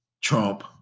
Trump